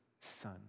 son